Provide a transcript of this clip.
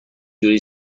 جوری